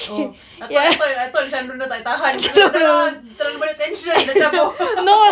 oh I thought I thought macam dorang tak tahan lepas tu tolong terlalu banyak tension cabut